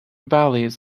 valleys